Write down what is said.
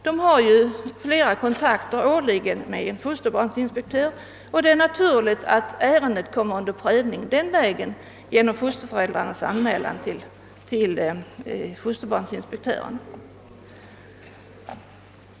De har återkommande kontakter med fosterbarnsinspektören, och det är därför naturligt att ärendet prövas genom att fosterföräldrarna anmäler det till fosterbarnsinspektören.